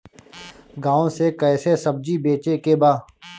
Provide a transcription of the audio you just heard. गांव से कैसे सब्जी बेचे के बा?